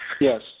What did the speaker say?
Yes